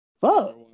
Fuck